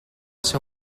ser